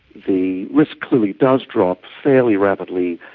the risk clearly does drop fairly rapidly,